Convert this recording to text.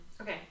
okay